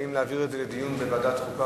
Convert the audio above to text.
האם להעביר את זה לדיון בוועדת חוקה,